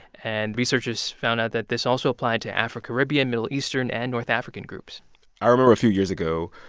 and researchers found out that this also applied to afro-caribbean, middle eastern and north african groups i remember a few years ago,